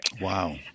Wow